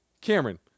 Cameron